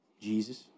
Jesus